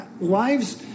lives